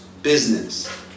business